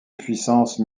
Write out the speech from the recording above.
puissance